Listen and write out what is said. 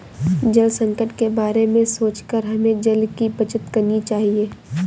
जल संकट के बारे में सोचकर हमें जल की बचत करनी चाहिए